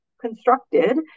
constructed